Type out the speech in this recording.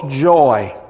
joy